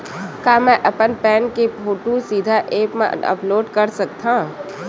का मैं अपन पैन के फोटू सीधा ऐप मा अपलोड कर सकथव?